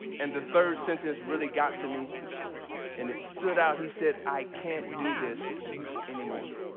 and the third sentence really got to me and it stood out. he said, i can't do this anymore.